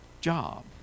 job